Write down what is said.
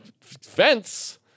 fence